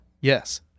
Yes